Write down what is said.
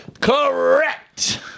Correct